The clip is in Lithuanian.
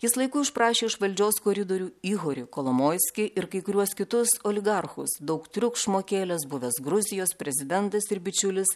jis laiku išprašė iš valdžios koridorių ihorį kolomoiskį ir kai kuriuos kitus oligarchus daug triukšmo kėlęs buvęs gruzijos prezidentas ir bičiulis